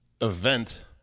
Event